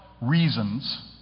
reasons